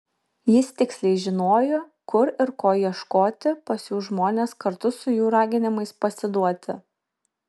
jis tiksliai žinojo kur ir ko ieškoti pasiųs žmones kartu su jų raginimais pasiduoti